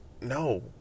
no